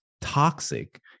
toxic